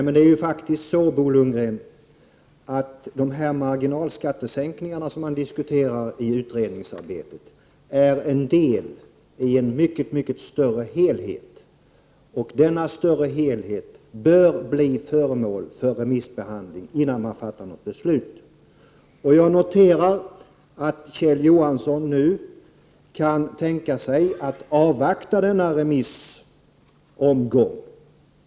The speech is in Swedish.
Men det är ju faktiskt så, Bo Lundgren, att de marginalskattesänkningar som diskuterats i utredningsarbetet är en del i en mycket större helhet. Denna större helhet bör bli föremål för remissbehandling innan man fattar något beslut. Jag noterar att Kjell Johansson nu kan tänka sig att avvakta denna remissomgång.